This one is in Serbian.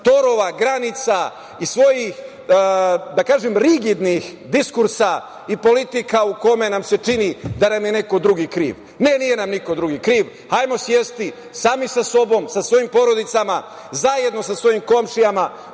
torova, granica, iz svojih, da kažem, rigidnih diskursa i politika u kojima nam se čini da nam je neko drugi kriv. Ne, nije nam niko drugi kriv. Hajmo sesti sami sa sobom, sa svojim porodicama, zajedno sa svojim komšijama,